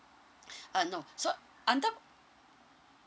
uh no so under